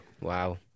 Wow